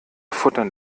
futtern